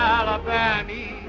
alabammy